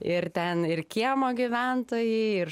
ir ten ir kiemo gyventojai ir